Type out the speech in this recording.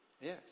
Yes